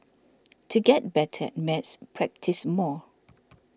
to get better maths practise more